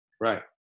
right